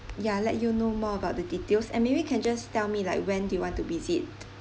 ya let you know more about the details and maybe you can just tell me like when do you want to visit